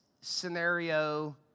scenario